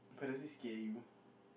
but does it scare you